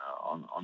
on